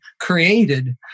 created